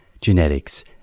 genetics